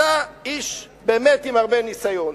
אתה איש באמת עם הרבה ניסיון,